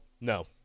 No